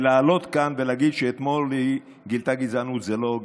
לעלות כאן ולהגיד שאתמול היא גילתה גזענות זה לא הוגן.